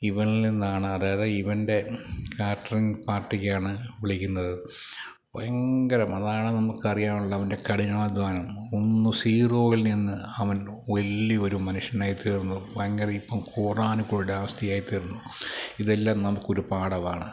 ഇവനിൽ നിന്നാണ് അതായത് ഇവൻ്റെ കാറ്ററിങ് പാർട്ടിക്കാണ് വിളിക്കുന്നത് ഭയങ്കരം അതാണ് നമുക്ക് അറിയാനുള്ള അവൻ്റെ കഠിനാധ്വാനം ഒന്ന് സീറോവിൽ നിന്ന് അവൻ വലിയൊരു മനുഷ്യനായി തീർന്നു ഭയങ്കര ഇപ്പോള് കോടാനുകോടിയുടെ ആസ്തിയായി തീർന്നു ഇതെല്ലാം നമുക്കൊരു പാഠമാണ്